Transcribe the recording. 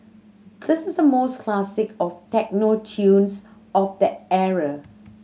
this is the most classic of techno tunes of that era